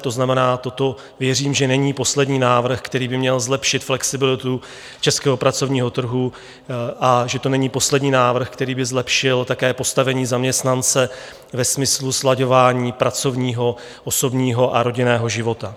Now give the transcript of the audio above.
To znamená, toto věřím, že není poslední návrh, který by měl zlepšit flexibilitu českého pracovního trhu, a že to není poslední návrh, který by zlepšil také postavení zaměstnance ve smyslu slaďování pracovního, osobního a rodinného života.